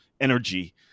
energy